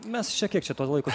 mes čia kiek čia to laiko